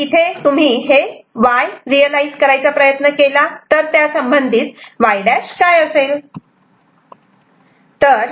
तर इथे तुम्ही हे Y रियलायझ करायचा प्रयत्न केला तर त्यासंबंधित Y' काय असेल